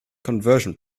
conversion